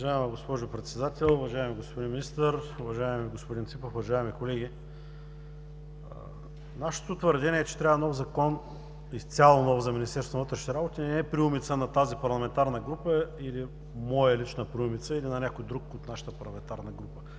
Уважаема госпожо Председател, уважаеми господин Министър, уважаеми господин Ципов, уважаеми колеги! Нашето твърдение, че трябва изцяло нов Закон за Министерството на вътрешните работи не е приумица на тази парламентарната група, моя лична приумица или на някой друг от нашата парламентарна група.